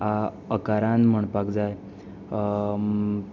अकारान म्हणपाक जाय